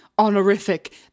Honorific